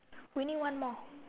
we need one more